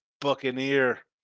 Buccaneer